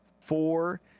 four